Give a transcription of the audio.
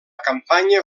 campanya